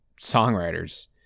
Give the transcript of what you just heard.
songwriters